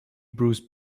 bruce